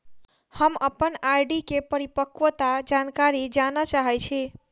हम अप्पन आर.डी केँ परिपक्वता जानकारी जानऽ चाहै छी